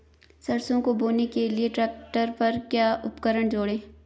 सरसों को बोने के लिये ट्रैक्टर पर क्या उपकरण जोड़ें?